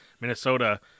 Minnesota –